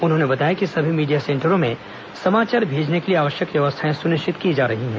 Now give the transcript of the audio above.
उन्होंने बताया कि सभी मीडिया सेंटरों में समाचार भेजने के लिए आवश्यक व्यवस्थाएं सुनिश्चित की जा रही हैं